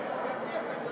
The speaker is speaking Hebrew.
לייצר.